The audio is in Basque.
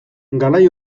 garai